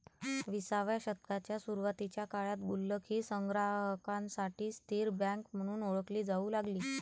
विसाव्या शतकाच्या सुरुवातीच्या काळात गुल्लक ही संग्राहकांसाठी स्थिर बँक म्हणून ओळखली जाऊ लागली